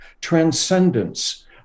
transcendence